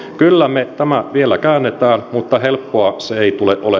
kyllä me tämän vielä käännämme mutta helppoa se ei tule